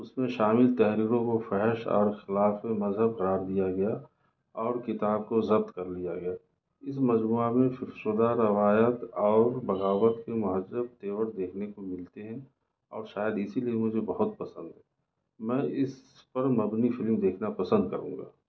اس میں شامل تحریروں کو فحش اور خلاف مذہب قرار دیا گیا اور کتاب کو ضبط کر لیا گیا اس مجموعہ میں فیف شدہ روایت اور بغاوت کے مہذب تیور دیکھنے کو ملتے ہیں اور شاید اسی لئے مجھے بہت پسند ہے میں اس پر مبنی فلم دیکھنا پسند کروں گا